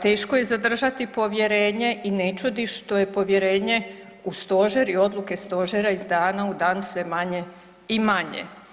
Teško je zadržati povjerenje i ne čudi što je povjerenje u Stožer i odluke Stožera iz dana u dan sve manje i manje.